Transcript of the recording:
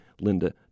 Linda